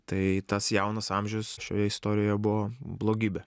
tai tas jaunas amžius šioje istorijoje buvo blogybė